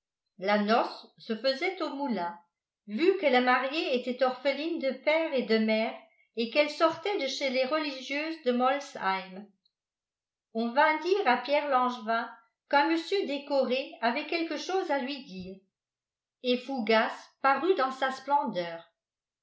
la noce se faisait au moulin vu que la mariée était orpheline de père et de mère et qu'elle sortait de chez les religieuses de molsheim on vint dire à pierre langevin qu'un monsieur décoré avait quelque chose à lui dire et fougas parut dans sa splendeur